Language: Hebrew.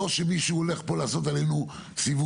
לא שמישהו הולך פה לעשות עלינו סיבוב,